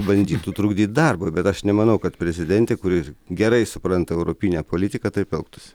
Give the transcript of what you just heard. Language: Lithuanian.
bandytų trukdyt darbą bet aš nemanau kad prezidentė kuri gerai supranta europinę politiką taip elgtųsi